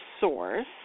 source